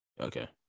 Okay